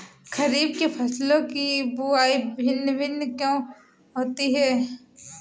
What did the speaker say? खरीफ के फसलों की बुवाई भिन्न भिन्न क्यों होती है?